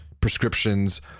prescriptions